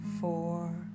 four